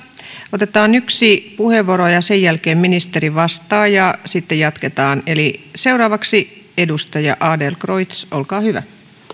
otetaan yksi puheenvuoro sen jälkeen ministeri vastaa ja sitten jatketaan eli seuraavaksi edustaja adlercreutz olkaa hyvä